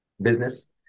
business